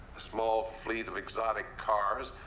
a small fleet of exotic cars.